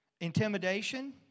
intimidation